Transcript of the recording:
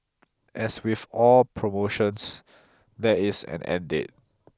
as with all promotions there is an end date